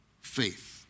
faith